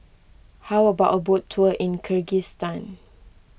how about a boat tour in Kyrgyzstan